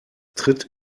tritt